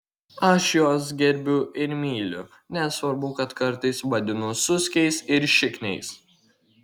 aš juos gerbiu ir myliu nesvarbu kad kartais vadinu suskiais ir šikniais